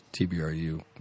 TBRU